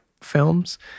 films